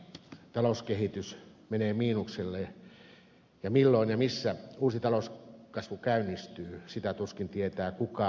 talouskehitys menee miinukselle ja milloin ja missä uusi talouskasvu käynnistyy sitä tuskin tietää kukaan maapallolla